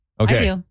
Okay